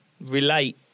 relate